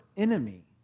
enemy